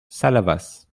salavas